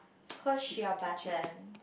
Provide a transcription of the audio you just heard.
push your button